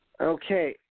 Okay